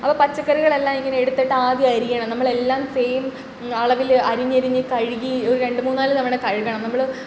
അപ്പം പച്ചക്കറികളെല്ലാം ഇങ്ങനെ എടുത്തിട്ട് ആദ്യം അരിയണം നമ്മളെല്ലാം സെയിം അളവിൽ അരിഞ്ഞരിഞ്ഞ് കഴുകി ഒര് രണ്ട് മൂന്നാല് തവണ കഴുകണം നമ്മൾ